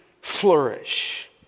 flourish